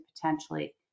potentially